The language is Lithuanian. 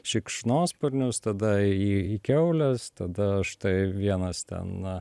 šikšnosparnius tada į į kiaules tada štai vienas na